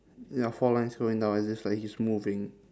ya four lines going down as if like he's moving